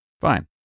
Fine